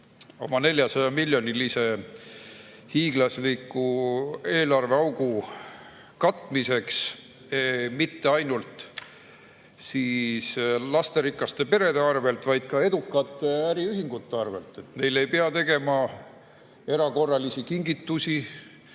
oma 400‑miljonilise hiiglasliku eelarveaugu katmiseks mitte ainult lasterikaste perede arvelt, vaid ka edukate äriühingute arvelt. Neile ei pea tegema erakorralisi kingitusi,